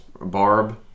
Barb